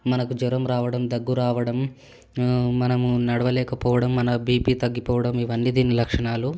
మనకు జ్వరం రావడం దగ్గు రావడం మనము నడవలేకపోవడం మన బీపీ తగ్గిపోవడం ఇవన్నీ దీని లక్షణాలు